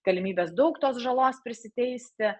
galimybės daug tos žalos prisiteisti